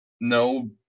no